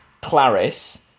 Clarice